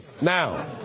Now